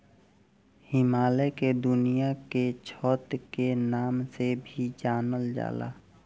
हिमालय के दुनिया के छत के नाम से भी जानल जाला